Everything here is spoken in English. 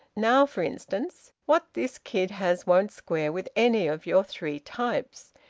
now for instance, what this kid has won't square with any of your three types.